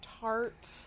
tart